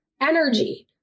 energy